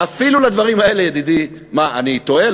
אפילו לדברים האלה, ידידי, מה, אני טועה?